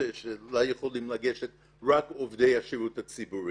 בין-משרדית יכולים לגשת רק עובדי השירות הציבורי,